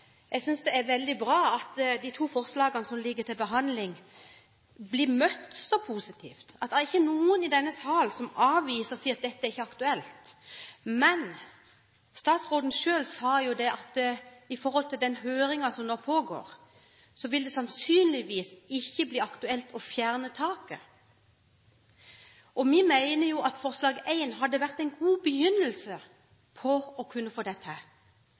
veldig bra at de to forslagene som ligger til behandling, blir møtt så positivt, at det ikke er noen i denne sal som avviser dem og sier at dette ikke er aktuelt. Men statsråden sa jo selv at slik det ligger an med den høringen som nå pågår, vil det sannsynligvis ikke bli aktuelt å fjerne taket. Vi mener at forslag nr. 1 hadde vært en god begynnelse for å få